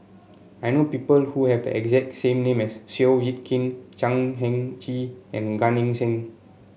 I know people who have the exact same name as Seow Yit Kin Chan Heng Chee and Gan Eng Seng